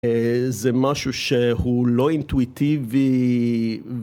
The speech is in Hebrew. זה משהו שהוא לא אינטואיטיבי